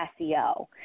SEO